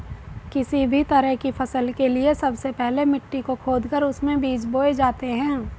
किसी भी तरह की फसल के लिए सबसे पहले मिट्टी को खोदकर उसमें बीज बोए जाते हैं